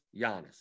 Giannis